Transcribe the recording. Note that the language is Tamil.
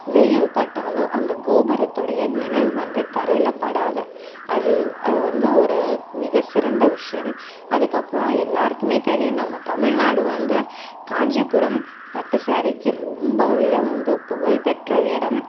வெயில் பட்டாலோ அந்த கோபுரத்துடைய நிழல் வந்து தரையில் படாது அது அது வந்து ஒரு மிக சிறந்த விஷயம் அதுக்கப்புறம் எல்லாருக்குமே தெரியும் நம்ம தமிழ்நாடு வந்து காஞ்சிபுரம் பட்டு ஸாரீக்கி ரொம்பவே வந்து புகழ் பெற்ற இடம்